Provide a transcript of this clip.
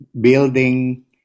building